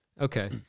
Okay